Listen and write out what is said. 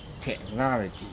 technology